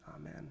Amen